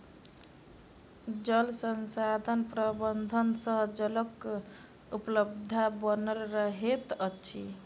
जल संसाधन प्रबंधन सँ जलक उपलब्धता बनल रहैत अछि